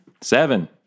seven